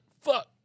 fuck